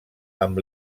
amb